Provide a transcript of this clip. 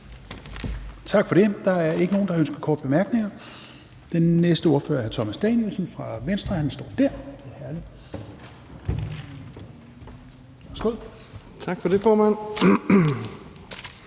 Tak for det. Der er ikke nogen, der har ønsket korte bemærkninger. Den næste ordfører er hr. Thomas Danielsen fra Venstre, og han står lige her. Værsgo.